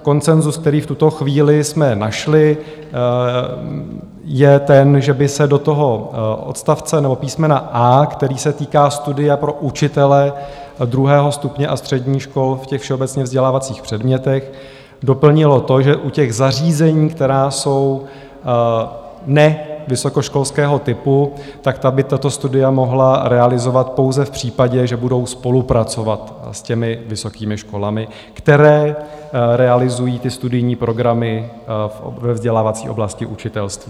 Konsenzus, který jsme v tuto chvíli našli, je ten, že by se do odstavce nebo písmena a), které se týká studia pro učitele druhého stupně a středních škol ve všeobecně vzdělávacích předmětech, doplnilo to, že u těch zařízení, která jsou nevysokoškolského typu, by tato studia mohla realizovat pouze v případě, že budou spolupracovat s vysokými školami, které realizují studijní programy ve vzdělávací oblasti učitelství.